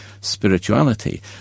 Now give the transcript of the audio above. spirituality